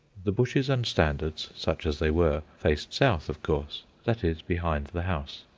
the bushes and standards, such as they were, faced south, of course that is, behind the house.